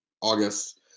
August